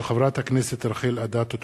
הצעתה של חברת הכנסת רחל אדטו.